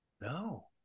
No